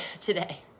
today